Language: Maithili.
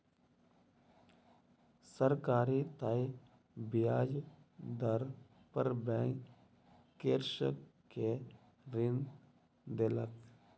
सरकारी तय ब्याज दर पर बैंक कृषक के ऋण देलक